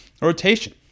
rotation